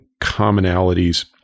commonalities